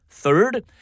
Third